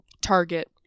Target